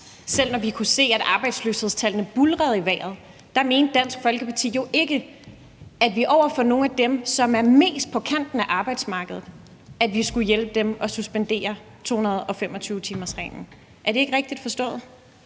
selv når vi kunne se, at arbejdsløshedstallene buldrede i vejret, mente Dansk Folkeparti jo ikke i forhold til nogle dem, som er mest på kanten af arbejdsmarkedet, at vi skulle hjælpe dem og suspendere 225-timersreglen. Er det ikke rigtigt forstået?